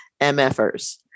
MFers